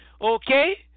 Okay